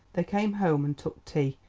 they came home and took tea,